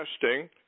testing